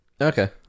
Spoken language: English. Okay